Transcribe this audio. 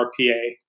RPA